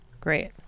Great